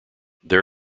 there